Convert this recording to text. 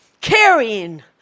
carrying